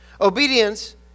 Obedience